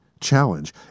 challenge